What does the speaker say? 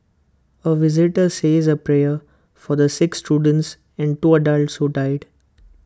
A visitor says A prayer for the six students and two adults who died